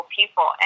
people